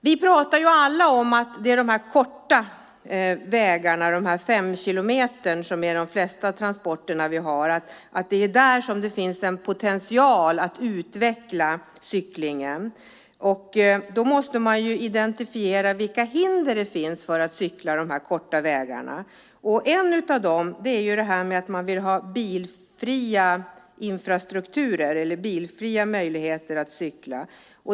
Vi pratar alla om att det är i de korta resorna på omkring fem kilometer som det finns en potential att utveckla cyklingen. Då måste man identifiera vilka hinder som finns för att cykla de korta sträckorna. Ett av dem är att man vill ha bilfria möjligheter att cykla.